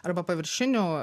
arba paviršinių